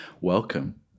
Welcome